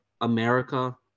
America